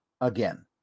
again